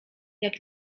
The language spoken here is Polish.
jak